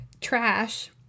trash